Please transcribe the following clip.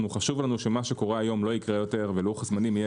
חשוב לנו מה שקורה היום לא יקרה יותר ולוח הזמנים יהיה